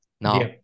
Now